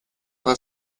war